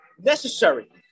necessary